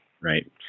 Right